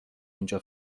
اینجا